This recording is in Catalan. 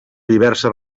diverses